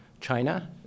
China